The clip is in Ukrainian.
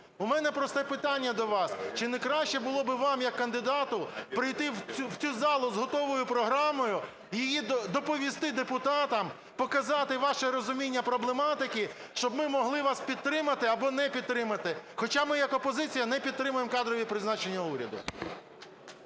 У мене просте питання до вас: чи не краще було б вам як кандидату прийти в цю залу з готовою програмою, її доповісти депутатам, показати ваше розуміння проблематики, щоб ми могли вас підтримати або не підтримати? Хоча ми як опозиція не підтримуємо кадрові призначення уряду.